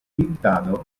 tintado